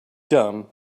dumb